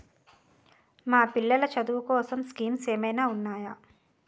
మా పిల్లలు చదువు కోసం స్కీమ్స్ ఏమైనా ఉన్నాయా?